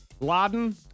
Laden